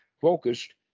focused